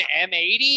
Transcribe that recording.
M80